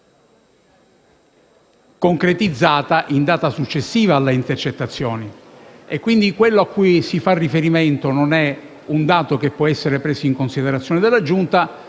concretizzata in data successiva alle intercettazioni, quindi quello a cui si fa riferimento non è un dato che può essere preso in considerazione dalla Giunta,